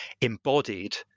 embodied